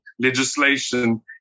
legislation